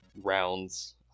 rounds